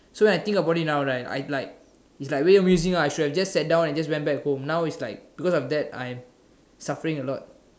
so when I think about it now right I'm like it's way of me saying I should've just sat down and just went back home now is like because of that I'm like suffering a lot